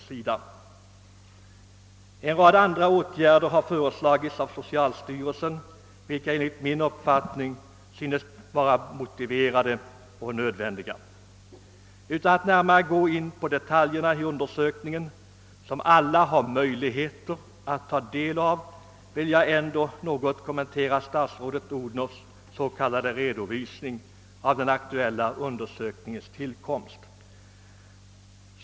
Socialstyrelsen har föreslagit en rad andra åtgärder, vilka enligt min mening är motiverade och nödvändiga. Utan att här närmare gå in på detaljerna i undersökningen, som alla har möjligheter att ta del av, vill jag här ändå något kommentera statsrådet fru Odhnoffs s.k. redovisning av den aktuella undersökningens tillkomst.